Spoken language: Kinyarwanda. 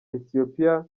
ethiopia